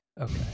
Okay